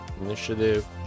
Initiative